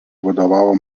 vadovavo